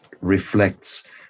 reflects